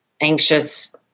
anxious